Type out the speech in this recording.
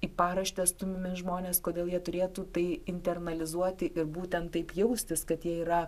į paraštes stumiami žmonės kodėl jie turėtų tai internalizuoti ir būtent taip jaustis kad jie yra